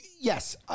yes